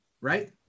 right